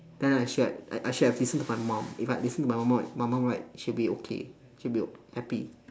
then I should have I I should have listened to my mum if I listen to my mum right my mum right she would be okay she would be happy